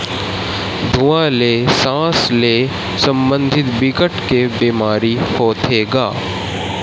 धुवा ले सास ले संबंधित बिकट के बेमारी होथे गा